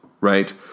right